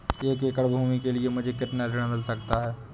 एक एकड़ भूमि के लिए मुझे कितना ऋण मिल सकता है?